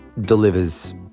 delivers